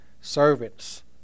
servants